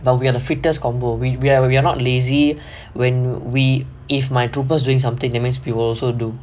but we are the fittest combination we we are we we are not lazy when we if my troopers doing something we also do